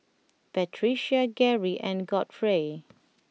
Patricia Geri and Godfrey